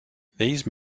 these